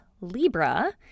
Libra